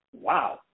wow